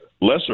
lesser